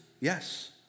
yes